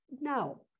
No